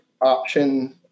option